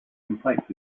complaints